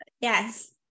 Yes